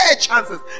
chances